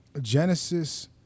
Genesis